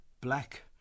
Black